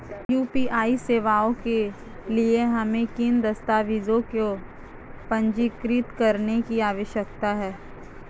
UPI सेवाओं के लिए हमें किन दस्तावेज़ों को पंजीकृत करने की आवश्यकता है?